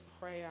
prayer